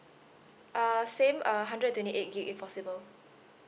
uh same a hundred twenty eight gig if possible